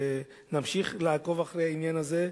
שנמשיך לעקוב אחרי העניין הזה,